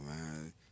man